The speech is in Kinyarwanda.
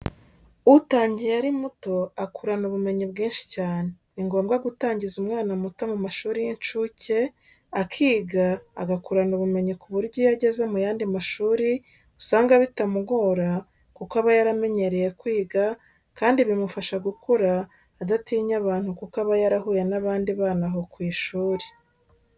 Utangiye ari muto akurana ubumenyi bwinshi cyane . Ni ngombwa gutangiza umwana muto mu mamashuri y'incuke akiga agakurana ubumenyi ku buryo iyo ageze mu yandi mashuri usanga bitamugora kuko aba yaramenyereye kwiga kandi bimufasha gukura adatinya abantu kuko aba yarahuye n'abandi bana aho ku ishuri.